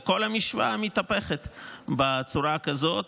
כל המשוואה מתהפכת בצורה כזאת.